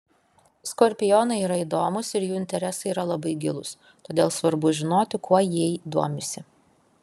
skorpionai yra įdomūs ir jų interesai yra labai gilūs todėl svarbu žinoti kuo jei domisi